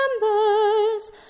members